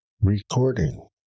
recording